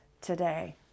today